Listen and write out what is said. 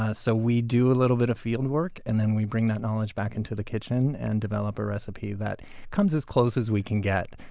ah so do a little bit of field work, and then we bring that knowledge back into the kitchen and develop a recipe that comes as close as we can get.